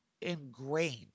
ingrained